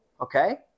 Okay